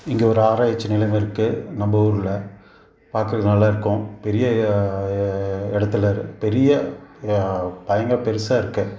இங்கே ஒரு ஆராய்ச்சி நிலையம் இருக்குது நம்ம ஊர்ல பார்க்குறதுக்கு நல்லா இருக்கும் பெரிய இடத்துல பெரிய பயங்கர பெருசாக இருக்குது